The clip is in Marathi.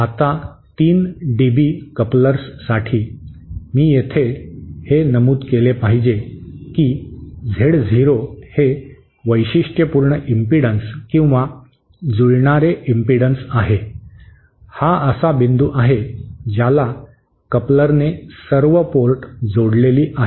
आता 3 डीबी कपलर्ससाठी मी येथे हे नमूद केले पाहिजे की झेड झिरो हे वैशिष्ट्यपूर्ण इम्पिडन्स किंवा जुळणारे इम्पिडन्स आहे हा असा बिंदू आहे ज्याला कपलरने सर्व पोर्ट जोडलेली आहेत